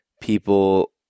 people